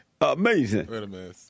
Amazing